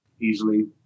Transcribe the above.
easily